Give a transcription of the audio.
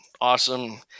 awesome